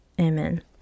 Amen